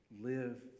live